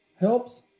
Helps